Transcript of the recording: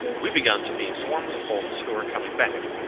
we begun to meet swarms of folks who were coming back.